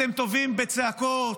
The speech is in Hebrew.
אתם טובים בצעקות,